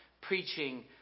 preaching